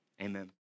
amen